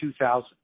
2000